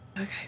Okay